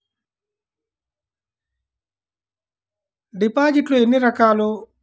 డిపాజిట్లు ఎన్ని రకాలు?